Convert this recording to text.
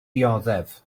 dioddef